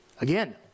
Again